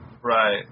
right